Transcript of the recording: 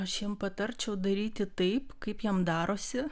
aš jiem patarčiau daryti taip kaip jiem darosi